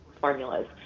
formulas